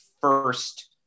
first